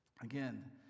again